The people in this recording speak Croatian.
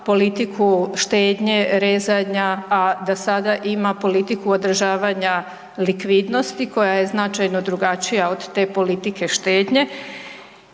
politiku štednje, rezanja, a da sada ima politiku održavanja likvidnosti koja je značajno drugačija od te politike štednje.